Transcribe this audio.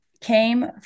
came